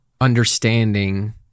understanding